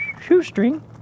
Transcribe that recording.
shoestring